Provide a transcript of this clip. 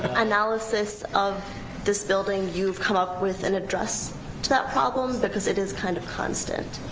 analysis of this building you've come up with an address to that problem because it is kind of constant